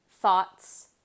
thoughts